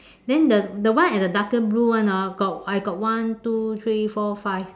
then the the one at the darker blue one orh got I got one two three four five